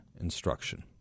instruction